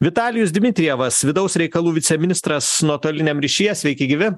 vitalijus dmitrijevas vidaus reikalų viceministras nuotoliniam ryšyje sveiki gyvi